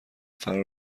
فرا